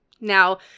Now